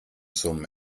zum